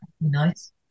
Nice